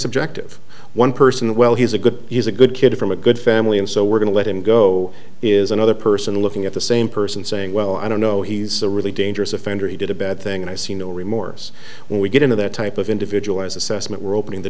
subjective one person well he's a good he's a good kid from a good family and so we're going to let him go is another person looking at the same person saying well i don't know he's a really dangerous offender he did a bad thing and i see no remorse when we get into that type of individual as assessment we're opening the